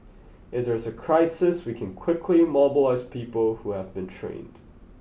if there's a crisis we can quickly mobilise people who have been trained